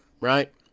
right